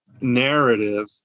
narrative